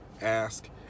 Ask